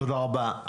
תודה רבה.